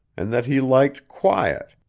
and that he liked quiet,